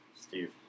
Steve